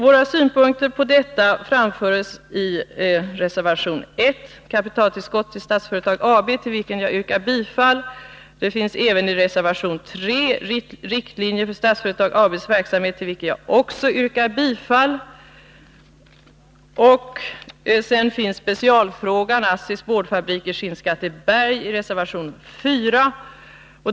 Våra synpunkter på detta framförs i reservation 1, som gäller kapitaltillskott till Statsföretag AB och till vilken jag yrkar bifall. De finns också redovisade i reservation 3, Riktlinjer för Statsföretag AB:s verksamhet, till vilken jag också yrkar bifall. Specialfrågan om ASSI:s boardfabrik i Skinnskatteberg behandlas i reservation 4.